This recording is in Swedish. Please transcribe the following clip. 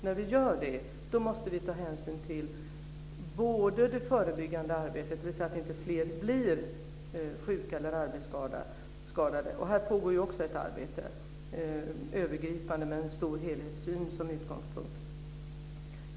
När vi gör det måste vi ta hänsyn till det förebyggande arbetet, dvs. så att inte fler blir sjuka eller arbetsskadade. Här pågår också ett övergripande arbete med en stor helhetssyn som utgångspunkt.